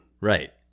Right